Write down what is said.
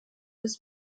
des